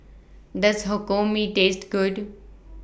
Does Hokkien Mee Taste Good